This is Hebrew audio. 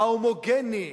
ההומוגנית,